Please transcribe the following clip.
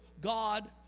God